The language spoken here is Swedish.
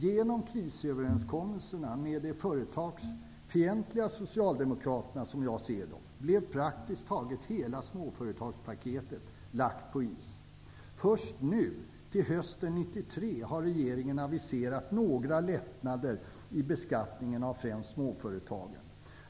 Genom krisöverenskommelserna med de -- som jag ser dem -- företagsfientliga socialdemokraterna blev praktiskt taget hela småföretagspaketet lagt på is. Först till hösten 1993 har regeringen aviserat några lättnader i beskattningen av främst småföretagen.